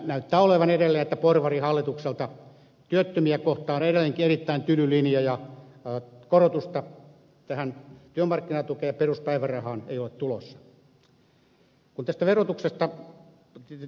näyttää olevan edelleen niin että porvarihallitukselta työttömiä kohtaan on erittäin tyly linja ja korotusta tähän työmarkkinatukeen ja peruspäivärahaan ei ole tulossa